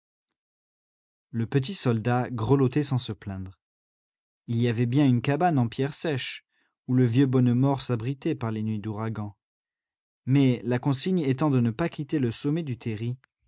le petit soldat grelottait sans se plaindre il y avait bien une cabane en pierres sèches où le vieux bonnemort s'abritait par les nuits d'ouragan mais la consigne étant de ne pas quitter le sommet du terri